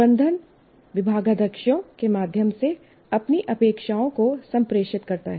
प्रबंधन विभागाध्यक्षों के माध्यम से अपनी अपेक्षाओं को संप्रेषित करता है